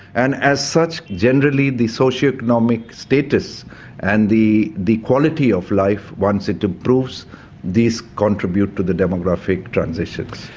and as such generally the socioeconomic status and the the quality of life, once it improves, these contribute to the demographic transitions.